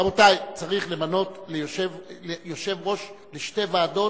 רבותי, צריך למנות יושב-ראש לשתי ועדות.